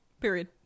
period